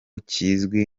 kizwi